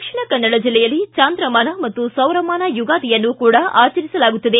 ದಕ್ಷಿಣ ಕನ್ನಡ ಜಲ್ಲೆಯಲ್ಲಿ ಚಾಂದ್ರಮಾನ ಮತ್ತು ಸೌರಮಾನ ಯುಗಾದಿಯನ್ನು ಕೂಡ ಆಚರಿಸಲಾಗುತ್ತದೆ